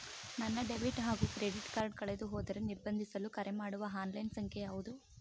ನನ್ನ ಡೆಬಿಟ್ ಹಾಗೂ credit card ಕಳೆದುಹೋದರೆ ನಿರ್ಬಂಧಿಸಲು ಕರೆಮಾಡುವ ಆನ್ಲೈನ್ ಸಂಖ್ಯೆಯಾವುದು?